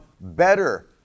better